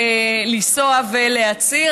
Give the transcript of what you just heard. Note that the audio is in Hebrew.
לנסוע ולהצהיר,